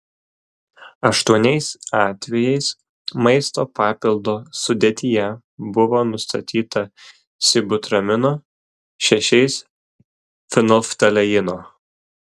aštuoniais atvejais maisto papildo sudėtyje buvo nustatyta sibutramino šešiais fenolftaleino